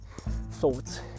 thoughts